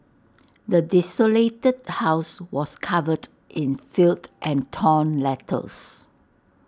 the desolated house was covered in filth and torn letters